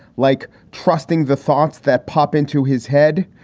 like trusting the thoughts that pop into his head.